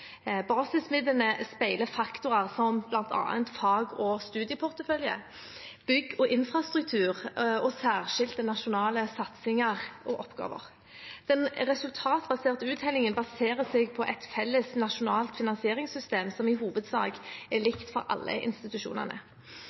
Basismidlene speiler faktorer som bl.a. fag og studieportefølje, bygg og infrastruktur og særskilte nasjonale satsinger og oppgaver. Den resultatbaserte uttellingen baserer seg på et felles nasjonalt finansieringssystem som i hovedsak er likt for alle institusjonene.